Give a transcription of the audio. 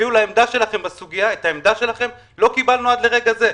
אפילו את העמדה שלכם לא קיבלנו עד לרגע זה,